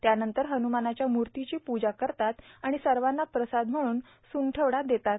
त्यानंतर हन्नुमानाच्या मुर्तीची पूजा करतात आणि सर्वांन प्रसाद म्हणून सुंठवडा देतात